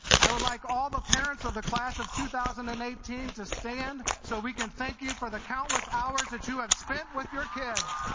i would like all the parents of the class of two thousand and eighteen to stand so we can thank you for the countless hours that you have spent with your kids